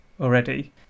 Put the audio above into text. already